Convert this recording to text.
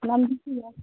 ꯂꯝꯕꯤꯁꯨ ꯌꯥꯗꯦ